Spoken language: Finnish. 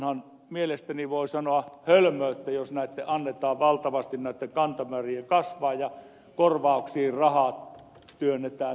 onhan mielestäni voi sanoa hölmöyttä jos näitten kantamäärien anne taan valtavasti kasvaa ja korvauksiin rahaa työnnetään